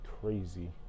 crazy